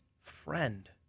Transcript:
friend